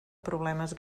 problemes